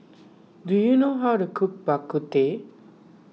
do you know how to cook Bak Kut Teh